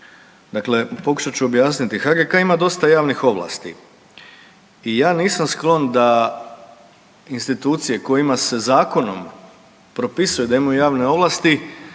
Dakle, pokušat ću objasniti. HGK ima dosta javnih ovlasti. I ja nisam sklon da institucije kojima se zakonom propisuje da imaju javne ovlasti,